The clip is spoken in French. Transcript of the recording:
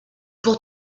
pour